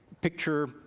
picture